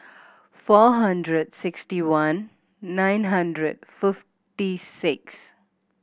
four hundred sixty one nine hundred fifty six